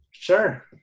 Sure